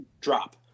drop